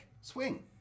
swing